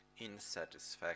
insatisfaction